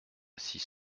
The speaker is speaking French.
six